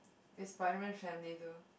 it's Spiderman family though